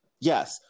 Yes